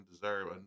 deserve